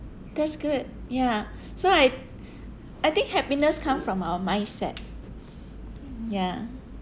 that's good ya so I I think happiness come from our mindset ya